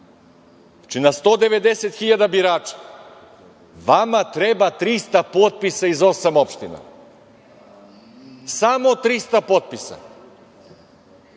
znači, na 190.000 birača vama treba 300 potpisa iz osam opština, samo 300 potpisa.